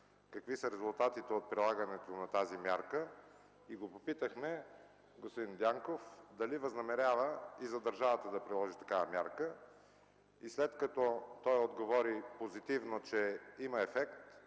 какви са резултатите от тази мярка. Попитахме господин Дянков дали възнамерява и за държавата да приложи такава мярка. След като той отговори позитивно, че има ефект,